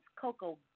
Coco